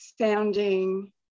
sounding